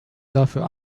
dafür